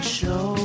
show